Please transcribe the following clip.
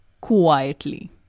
quietly